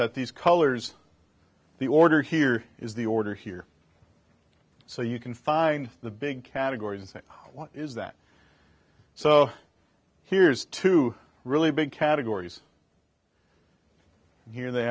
that these colors the order here is the order here so you can find the big categories and say what is that so here's two really big categories here they